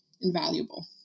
invaluable